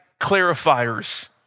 clarifiers